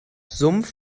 sumpf